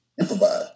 improvise